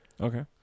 Okay